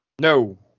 No